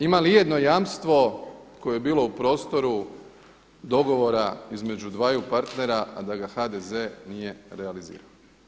Ima li i jedno jamstvo koje je bilo u prostoru dogovora između dva partnera, a da ga HDZ nije realizirao?